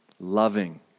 Loving